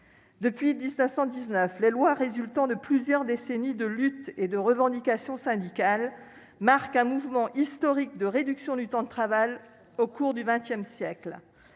Depuis 1919, des lois résultant de plusieurs décennies de lutte et de revendications syndicales ont scandé un mouvement historique de réduction du temps de travail au cours du XX siècle.